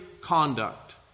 conduct